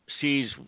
sees